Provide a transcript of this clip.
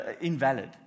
invalid